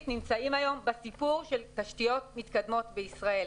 נמצאים היום בסיפור של תשתיות מתקדמות בישראל.